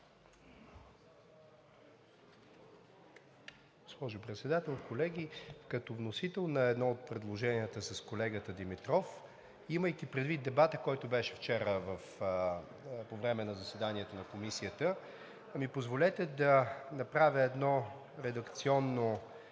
Госпожо Председател, колеги! Като вносител на едно от предложенията с колегата Димитров, имайки предвид дебата, който беше вчера по време на заседанието на Комисията, ми позволете да направя едно редакционно